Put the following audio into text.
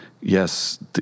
yes